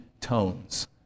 tones